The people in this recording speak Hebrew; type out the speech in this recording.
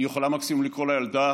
היא יכולה מקסימום לקרוא לילדה,